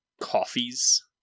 coffees